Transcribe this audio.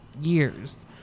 years